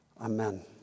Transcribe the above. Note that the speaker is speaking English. Amen